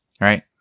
Right